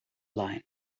line